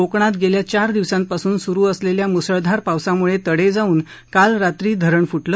कोकणात गेल्या चार दिवसांपासून सुरू असलेल्या मुसळधार पावसामुळे तडे जाऊन काल रात्री धरण फु किं